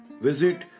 Visit